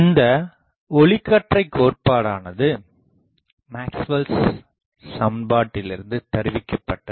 இந்த ஒளிக்கற்றைக் கோட்பாடானது மேக்ஸ்வெல்Maxwell's சமன்பாட்டில் இருந்து தருவிக்கபட்டது